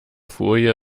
folie